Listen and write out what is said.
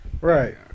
Right